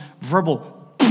verbal